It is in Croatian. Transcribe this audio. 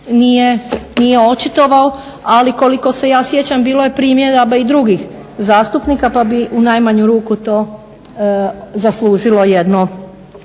nije očitovao ali koliko se ja sjećam bilo je primjedaba i drugih zastupnika pa bih u najmanju ruku to zaslužilo jedno